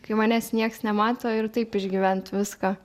kai manęs nieks nemato ir taip išgyvent viską